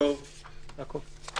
מאזור מוגבל.